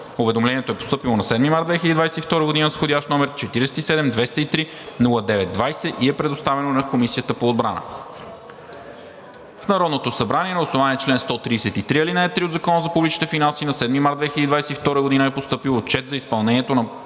Уведомлението е постъпило на 7 март 2022 г. с входящ № 47-203-09-20 и е предоставено на Комисията по отбрана. В Народното събрание на основание чл. 133, ал. 3 от Закона за публичните финанси на 7 март 2022 г. е постъпил Отчет за изпълнението на